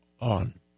on